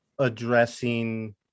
addressing